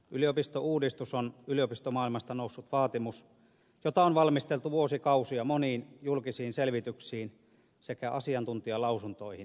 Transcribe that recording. yliopistouudistus on yliopistomaailmasta noussut vaatimus jota on valmisteltu vuosikausia moniin julkisiin selvityksiin sekä asiantuntijalausuntoihin pohjautuen